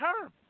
term